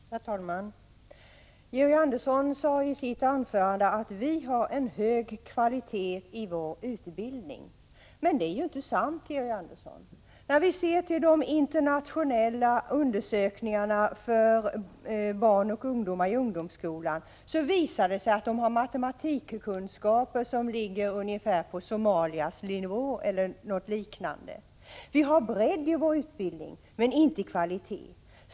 Herr talman! Georg Andersson sade i sitt anförande att vi har en hög kvalitet i vår utbildning. Men det är ju inte sant, Georg Andersson. När vi ser till de internationella undersökningarna för barn och ungdom i ungdomsskolan visar det sig att matematikkunskaperna ligger på ungefär samma nivå som i Somalia. Vi har bredd i vår utbildning men inte kvalitet.